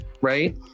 right